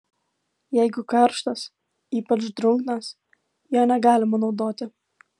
jeigu karštas ypač drungnas jo negalima naudoti